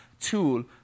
tool